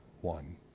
one